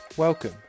Welcome